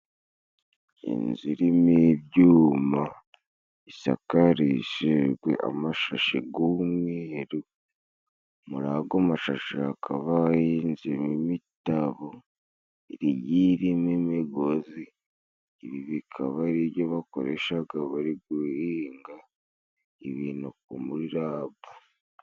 Inzu irimo ibyuma isakarishijwe amashashi g'umweru, muri ago mashashi hakaba hahinzemo imitabo igiye irimo imigozi, ibi bikaba ari byo bakoreshaga bari guhinga ibintu muri RAB.